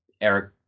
Eric